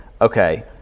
okay